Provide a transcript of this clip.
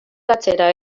atzera